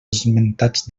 esmentats